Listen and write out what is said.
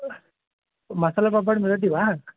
मसालापापड मिलति वा